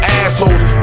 assholes